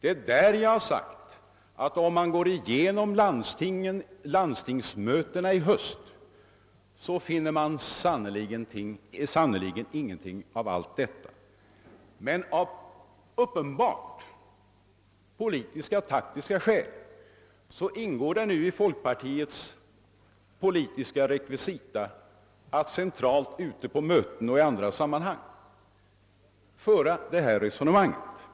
Om man går igenom landstingsmötena i höst finner man sannerligen ingenting av allt detta, men av uppenbart politiska och taktiska skäl ingår det nu i folkpartiets politiska rekvisita att centralt, ute på möten och i andra sammanhang föra det resonemang som jag påtalat.